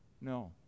No